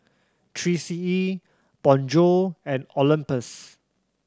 Three C E Bonjour and Olympus